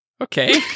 Okay